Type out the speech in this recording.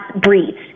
breathes